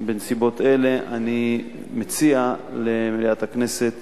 בנסיבות אלה אני מציע למליאת הכנסת